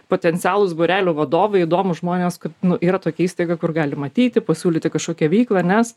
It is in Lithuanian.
potencialūs būrelių vadovai įdomūs žmonės kad nu yra tokia įstaiga kur gali matyti pasiūlyti kažkokią veiklą nes